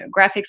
graphics